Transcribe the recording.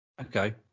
Okay